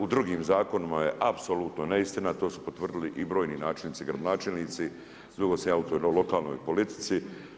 U drugim zakonima je apsolutno neistina a to su potvrdili i brojni načelnici, gradonačelnici, dugo sam ja u toj lokalnoj politici.